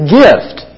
gift